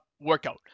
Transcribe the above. workout